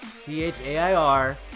c-h-a-i-r